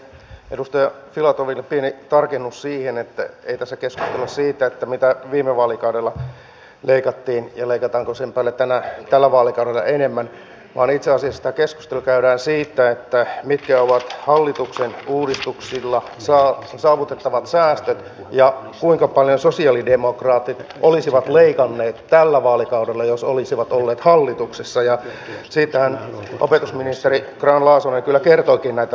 edustaja filatoville pieni tarkennus siihen että ei tässä keskustella siitä mitä viime vaalikaudella leikattiin ja leikataanko sen päälle tällä vaalikaudella enemmän vaan itse asiassa tämä keskustelu käydään siitä mitkä ovat hallituksen uudistuksilla saavutettavat säästöt ja kuinka paljon sosi alidemokraatit olisivat leikanneet tällä vaalikaudella jos olisivat olleet hallituksessa ja siitähän opetusministeri grahn laasonen kyllä kertoikin näitä lukuja